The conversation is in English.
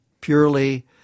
purely